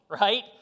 right